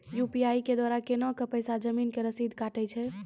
UPI के द्वारा केना कऽ पैसा जमीन के रसीद कटैय छै?